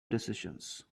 decisions